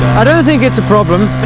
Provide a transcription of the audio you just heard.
i don't think it's a problem.